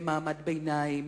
והם מעמד ביניים,